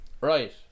Right